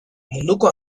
munduko